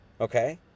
Okay